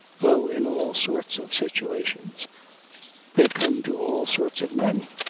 though, in all sorts of situations they come to all sorts of men.